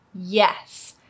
yes